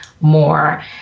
more